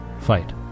fight